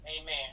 amen